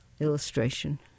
Illustration